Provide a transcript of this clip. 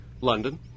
London